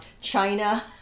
china